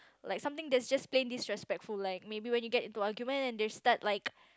like something that's just plain disrespectful like maybe you get into an argument and they start like